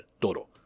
Toro